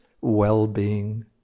well-being